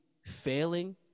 Failing